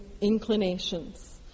inclinations